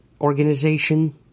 organization